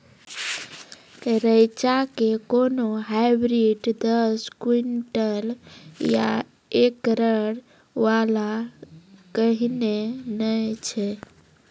रेचा के कोनो हाइब्रिड दस क्विंटल या एकरऽ वाला कहिने नैय छै?